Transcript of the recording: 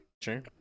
Sure